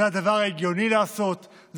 זה הדבר ההגיוני לעשות,